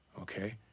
okay